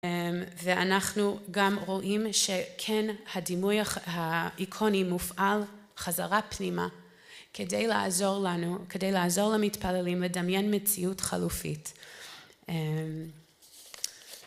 בגכגכגכגכ